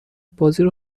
بازیرو